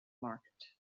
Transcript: market